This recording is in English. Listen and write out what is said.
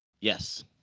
Yes